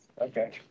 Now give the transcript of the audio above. Okay